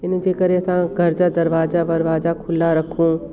इन जे करे असां घर जा दरवाज़ा बरवाजा खुला रखूं